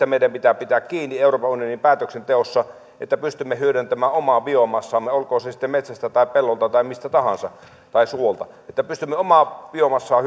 meidän pitää pitää kiinni euroopan unionin päätöksenteossa että pystymme hyödyntämään omaa biomassaamme olkoon se sitten metsästä tai pellolta tai mistä tahansa tai suolta että pystymme omaa biomassaamme